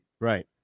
right